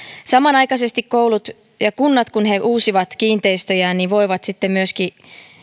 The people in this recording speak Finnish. samanaikaisesti kunnat kun he uusivat kiinteistöjään voivat myöskin